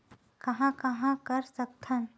कहां कहां कर सकथन?